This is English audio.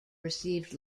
received